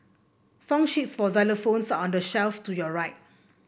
song sheets for xylophones are on the shelf to your right